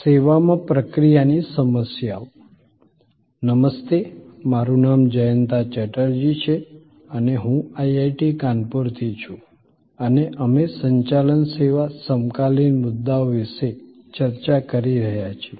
સેવામાં પ્રક્રિયાની સમસ્યાઓ નમસ્તે મારું નામ જયંતા ચેટર્જી છે અને હું IIT કાનપુરથી છું અને અમે સંચાલન સેવા સમકાલીન મુદ્દાઓ વિશે ચર્ચા કરી રહ્યા છીએ